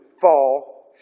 fall